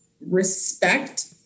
respect